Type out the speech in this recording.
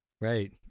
Right